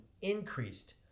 increased